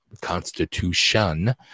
constitution